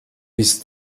bis